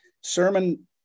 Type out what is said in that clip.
Sermon